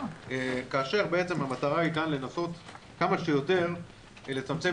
כאשר המטרה כאן לנסות כמה שיותר לצמצם